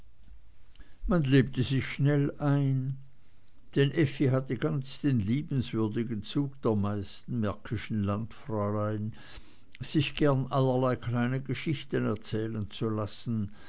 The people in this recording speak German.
man lebte sich schnell ein denn effi hatte ganz den liebenswürdigen zug der meisten märkischen landfräulein sich gern allerlei kleine geschichten erzählen zu lassen